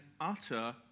utter